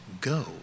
go